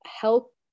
help